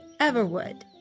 Everwood